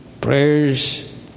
prayers